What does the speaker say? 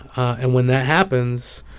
and when that happens,